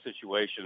situation